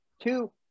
two